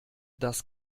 das